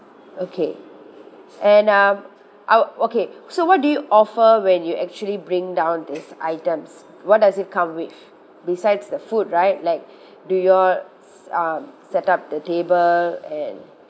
okay and um I'll okay so what do you offer when you actually bring down these items what does it come with besides the food right like do you all um set up the table and